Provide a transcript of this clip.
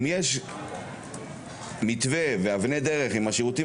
אם יש מתווה ואבני דרך עם השירותים